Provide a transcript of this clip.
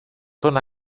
τον